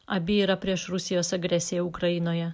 abi yra prieš rusijos agresiją ukrainoje